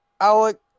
Alex